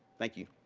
thank you.